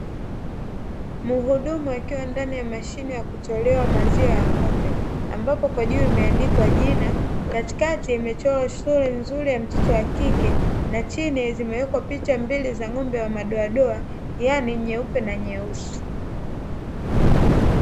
Mhudumu akiwa ndani ya mashine ya kutolea maziwa ya ng'ombe; ambapo kwa juu imeandikwa jina, katikati imechorwa sura nzuri na mtoto wa kike na chini zimewekwa picha mbili za ng'ombe wa madoadoa (yaani nyeupe na nyeusi).